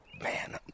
Man